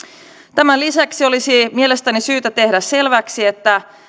tämän lisäksi olisi mielestäni syytä tehdä selväksi että